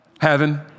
Heaven